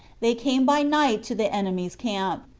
they came by night to the enemy's camp.